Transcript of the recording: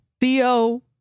Theo